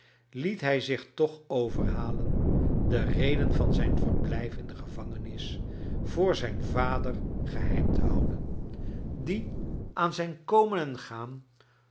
liet hij zich toch overhalen de reden van zijn verblijf in de gevangenis voor zijn vader geheim te houden die aan zijn komen en gaan